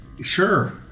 Sure